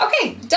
okay